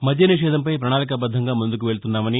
మద్య నిషేధంపై పణాళికా ఐద్దంగా ముందుకు వెళుతున్నామని